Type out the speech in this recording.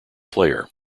player